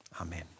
Amen